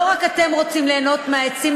לא רק אתם רוצים ליהנות מהעצים,